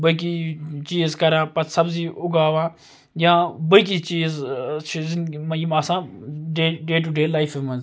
باقٕے چیٖز کَران پَتہٕ سبزی اُگاوان یا باقٕے چیٖز چھِ زِندگی مَنٛز یِم آسان ڈے ٹُو ڈے لایفہِ مَنٛز